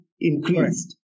increased